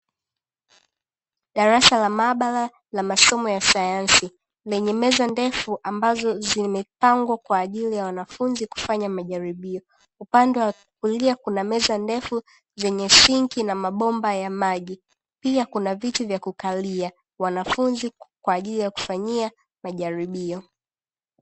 Darasa la maabara la masomo ya sayansi lenye meza ndefu ambazo zimepangwa kwa ajili ya wanafunzi kufanya majaribio. Upande wa kulia kuna meza ndefu zenye sinki na mabomba ya maji, pia kuna viti vya kukalia wanafunzi kwa ajili ya kufanyia majaribio.